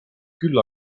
küll